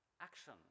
action